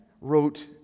wrote